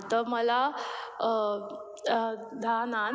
तर मला दहा नान